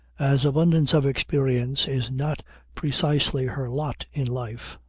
as abundance of experience is not precisely her lot in life,